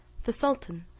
the sultan,